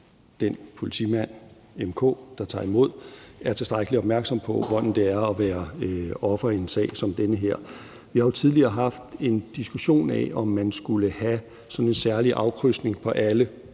den politimand m/k, der tager imod – er tilstrækkelig opmærksom på, hvordan det er at være offer i en sag som den her? Vi har jo tidligere haft en diskussion af, om man skulle have sådan et særligt afkrydsningsfelt på alle